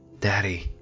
Daddy